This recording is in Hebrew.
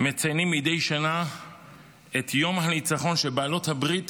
מציינים מדי שנה את יום הניצחון של בעלות הברית